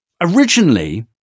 Originally